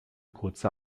kurze